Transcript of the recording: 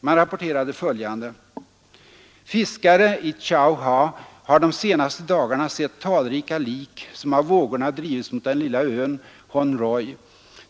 Man rapporterade följande: ”Fiskare i Chau Ha har de senaste dagarna sett talrika lik som av vågorna drivits mot den lilla ön Hon Roi.